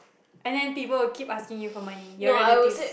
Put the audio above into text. and then people will keep asking you for money your relatives